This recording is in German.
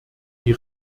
die